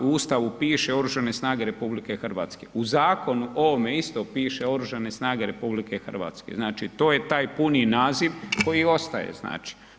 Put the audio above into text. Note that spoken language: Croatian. U Ustavu piše Oružane snage RH u zakonu ovome isto piše Oružane snage RH znači to je taj puni naziv koji ostaje znači.